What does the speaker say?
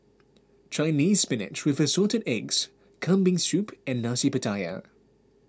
Chinese Spinach with Assorted Eggs Kambing Soup and Nasi Pattaya